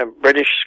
British